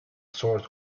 sword